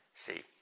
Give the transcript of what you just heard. See